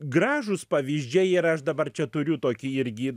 gražūs pavyzdžiai yra aš dabar čia turiu tokį irgi